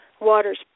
Waters